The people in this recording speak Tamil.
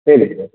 சரிங்க சார்